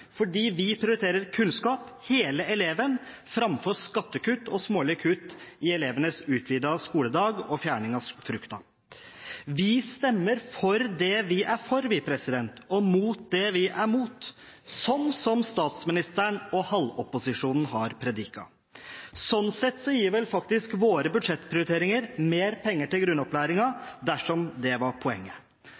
fordi vi prioriterer kunnskap – hele eleven – framfor skattekutt, smålige kutt i elevenes utvidede skoledag og fjerning av frukten. Vi stemmer for det vi er for, og mot det vi er mot, slik statsministeren og halvopposisjonen har prediket. Sånn sett gir vel faktisk våre budsjettprioriteringer mer penger til grunnopplæringen – dersom det var poenget.